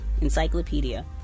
encyclopedia